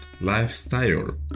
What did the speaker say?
lifestyle